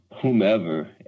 whomever